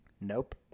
Nope